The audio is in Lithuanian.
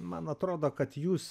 man atrodo kad jūs